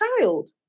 child